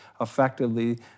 effectively